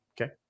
Okay